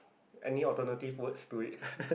any alternative words to it